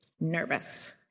nervous